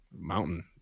mountain